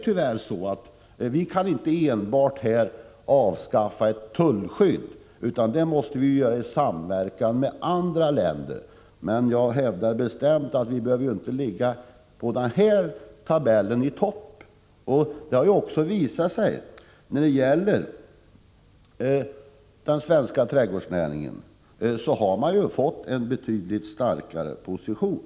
Tyvärr kan vi inte ensamma avskaffa ett tullskydd, utan det måste vi göra i samverkan med andra länder, men jag hävdar bestämt att vi inte behöver ligga i topp på tullskyddstabellen. Det har ju visat sig att den svenska trädgårdsnäringen fått en betydligt starkare position.